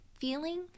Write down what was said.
feeling